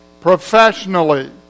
professionally